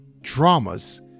Dramas